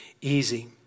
easy